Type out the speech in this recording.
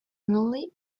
annually